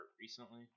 recently